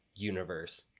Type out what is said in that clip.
universe